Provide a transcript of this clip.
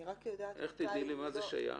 איך תדעי למה זה שייך?